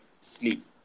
sleep